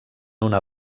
una